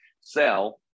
sell